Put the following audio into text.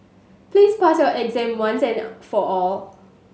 please pass your exam once and for all